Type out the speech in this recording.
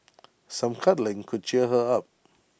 some cuddling could cheer her up